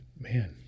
man